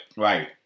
Right